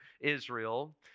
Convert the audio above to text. Israel